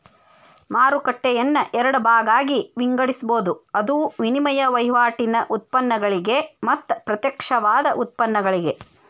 ಮಾರುಕಟ್ಟೆಯನ್ನ ಎರಡ ಭಾಗಾಗಿ ವಿಂಗಡಿಸ್ಬೊದ್, ಅದು ವಿನಿಮಯ ವಹಿವಾಟಿನ್ ಉತ್ಪನ್ನಗಳಿಗೆ ಮತ್ತ ಪ್ರತ್ಯಕ್ಷವಾದ ಉತ್ಪನ್ನಗಳಿಗೆ